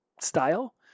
style